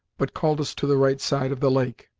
but called us to the right side of the lake.